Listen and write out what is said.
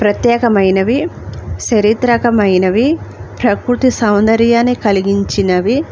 ప్రత్యేకమైనవి చారిత్రికమైనవి ప్రకృతి సౌందర్యాన్ని కలిగించినివి